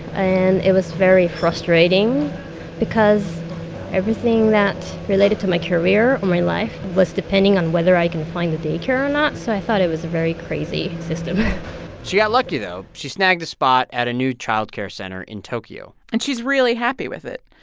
and it was very frustrating because everything that related to my career or my life was depending on whether i can find day care or not, so i thought it was a very crazy system she got lucky, though. she snagged a spot at a new child care center in tokyo and she's really happy with it.